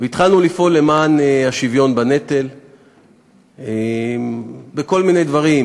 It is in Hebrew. התחלנו לפעול למען השוויון בנטל בכל מיני דברים,